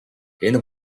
энэ